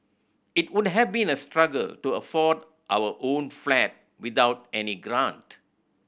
it would have been a struggle to afford our own flat without any grant